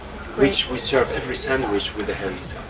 which we serve every sandwich with harisa